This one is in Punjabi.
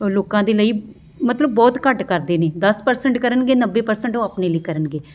ਲੋਕਾਂ ਦੇ ਲਈ ਮਤਲਬ ਬਹੁਤ ਘੱਟ ਕਰਦੇ ਨੇ ਦਸ ਪਰਸੈਂਟ ਕਰਨਗੇ ਨੱਬੇ ਪਰਸੈਂਟ ਉਹ ਆਪਣੇ ਲਈ ਕਰਨਗੇ